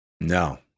No